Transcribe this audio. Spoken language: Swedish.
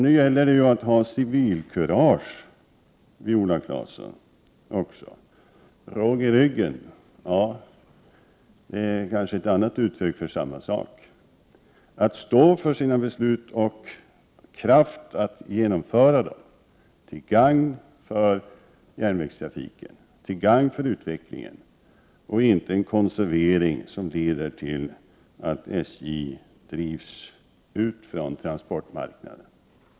Nu gäller det att också ha civilkurage, Viola Claesson. Råg i ryggen kanske är ett annat uttryck för samma sak, att stå för sina beslut och att ha kraft att genomföra dem till gagn för järnvägstrafiken och till gagn för utvecklingen, så att det inte blir en konservering som leder till att SJ drivs ut från transportmarknaden.